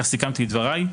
כך סיכמתי את דבריי,